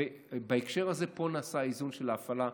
בהקשר הזה נעשה האיזון של ההפעלה,